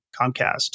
Comcast